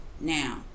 Now